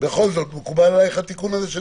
בכל זאת, מקובל עליך התיקון הזה?